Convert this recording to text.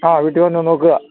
ആ വീട്ടില് വന്ന് നോക്കുക